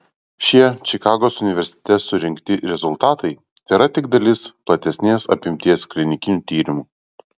šie čikagos universitete surinkti rezultatai tėra tik dalis platesnės apimties klinikinių tyrimų